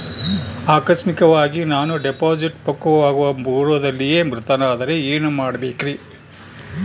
ಆಕಸ್ಮಿಕವಾಗಿ ನಾನು ಡಿಪಾಸಿಟ್ ಪಕ್ವವಾಗುವ ಪೂರ್ವದಲ್ಲಿಯೇ ಮೃತನಾದರೆ ಏನು ಮಾಡಬೇಕ್ರಿ?